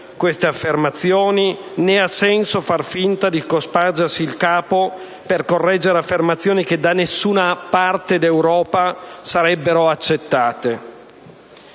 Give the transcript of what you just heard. le sue affermazioni, né ha senso far finta di cospargersi il capo per correggere affermazioni che da nessuna parte d'Europa sarebbero accettate.